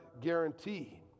guarantee